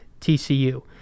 TCU